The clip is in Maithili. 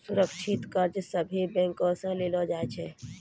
सुरक्षित कर्ज सभे बैंक से लेलो जाय सकै छै